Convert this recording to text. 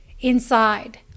inside